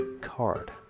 card